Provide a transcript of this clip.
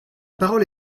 parole